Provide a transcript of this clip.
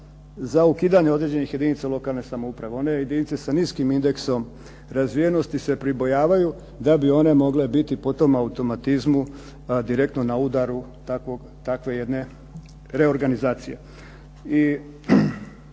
za ukidanje određenih jedinica lokalne samouprave. One jedinice sa niskim indeksom razvijenosti se pribojavaju da bi one mogle biti po tom automatizmu direktno na udaru takve jedne reorganizacije.